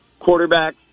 quarterbacks